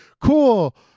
cool